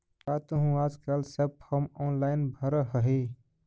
का तुहूँ आजकल सब फॉर्म ऑनेलाइन भरऽ हही?